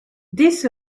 this